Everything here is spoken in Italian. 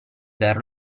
dar